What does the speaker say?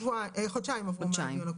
חודשיים עברו מהדיון הקודם.